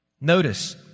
Notice